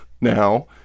now